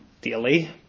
daily